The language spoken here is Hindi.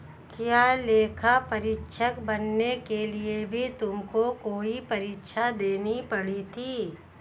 क्या लेखा परीक्षक बनने के लिए भी तुमको कोई परीक्षा देनी पड़ी थी?